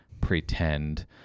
pretend